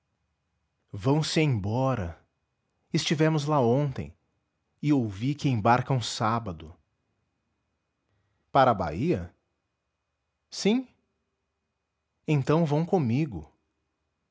é vão-se embora estivemos lá ontem e ouvi que embarcam sábado para a bahia sim então vão comigo